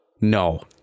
no